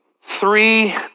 three